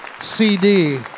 CD